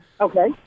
Okay